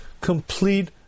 complete